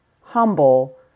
humble